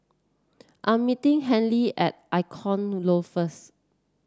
I am meeting Handy at Icon Loft first